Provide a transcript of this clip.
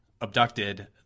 abducted